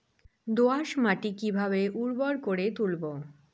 দোয়াস মাটি কিভাবে উর্বর করে তুলবো?